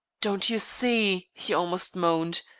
don't you see, he almost moaned,